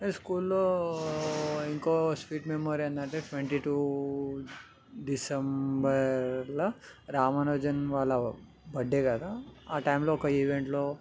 స్కూల్లో ఇంకో sweet memory ఏంటంటే ట్వంటీ టూ డిసెంబర్లో రామానుజన్ వాళ్ళ బర్త్డే కదా ఆ టైంలో ఒక ఈవెంట్లో